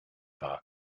war